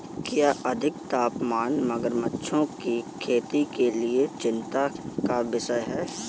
क्या अधिक तापमान मगरमच्छों की खेती के लिए चिंता का विषय है?